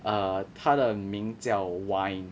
err 他的名叫 wine